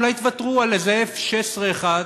אולי תוותרו על איזה 16-F אחד,